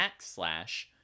backslash